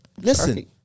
Listen